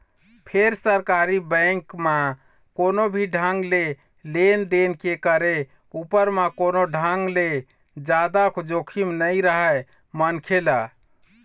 फेर सरकारी बेंक म कोनो भी ढंग ले लेन देन के करे उपर म कोनो ढंग ले जादा जोखिम नइ रहय मनखे ल